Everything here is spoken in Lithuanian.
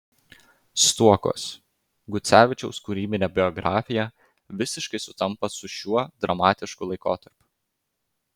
stuokos gucevičiaus kūrybinė biografija visiškai sutampa su šiuo dramatišku laikotarpiu